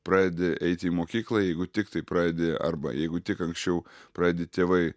pradedi eiti į mokyklą jeigu tiktai pradedi arba jeigu tik anksčiau pradi tėvai